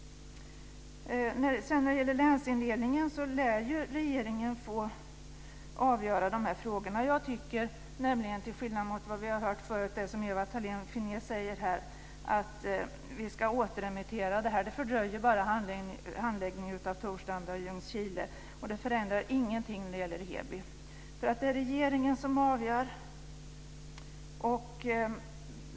När det gäller länsindelningen lär regeringen få avgöra de frågorna. Vi har hört förut Ewa Thalén Finné säga att vi ska återremittera ärendet, men jag tycker att det bara fördröjer handläggningen av frågan om Torslanda och Ljungskile, och det förändrar ingenting vad gäller Heby. Det är regeringen som avgör.